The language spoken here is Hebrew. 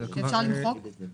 ואפשר למחוק את המידע?